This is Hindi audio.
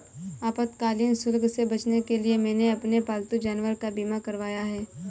आपातकालीन शुल्क से बचने के लिए मैंने अपने पालतू जानवर का बीमा करवाया है